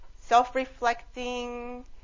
self-reflecting